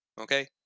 okay